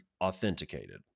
authenticated